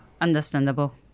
understandable